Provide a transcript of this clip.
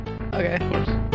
Okay